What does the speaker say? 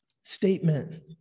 statement